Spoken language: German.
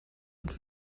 und